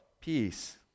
peace